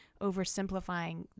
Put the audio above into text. oversimplifying